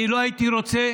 לא הייתי רוצה